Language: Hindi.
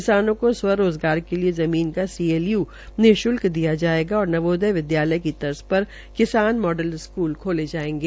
किसानों को स्व रोज़गार के लिए ज़मीन का सीएलयू निश्ल्क दिया जायेगा और नवोदय विद्यालय की तर्ज पर किसान मॉलल स्कूल खोले जायेंगे